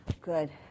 good